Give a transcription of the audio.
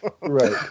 Right